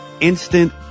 Instant